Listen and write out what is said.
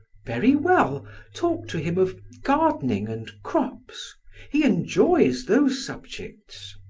very well talk to him of gardening and crops he enjoys those subjects.